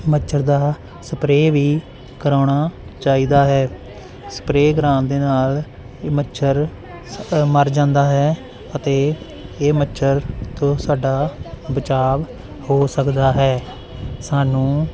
ਮੱਛਰ ਦਾ ਸਪਰੇਅ ਵੀ ਕਰਾਉਣਾ ਚਾਹੀਦਾ ਹੈ ਸਪਰੇਅ ਕਰਾਉਣ ਦੇ ਨਾਲ ਇਹ ਮੱਛਰ ਮਰ ਜਾਂਦਾ ਹੈ ਅਤੇ ਇਹ ਮੱਛਰ ਤੋਂ ਸਾਡਾ ਬਚਾਵ ਹੋ ਸਕਦਾ ਹੈ ਸਾਨੂੰ